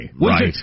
Right